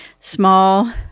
small